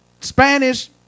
Spanish